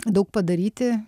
daug padaryti